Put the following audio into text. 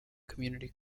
community